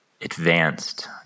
advanced